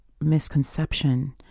misconception